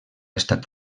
estat